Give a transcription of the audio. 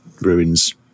ruins